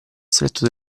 stretto